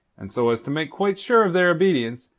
and so as to make quite sure of their obedience,